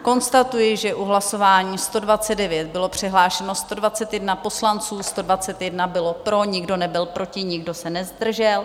Konstatuji, že u hlasování číslo 129 bylo přihlášeno 121 poslanců, 121 bylo pro, nikdo nebyl proti, nikdo se nezdržel.